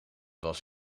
was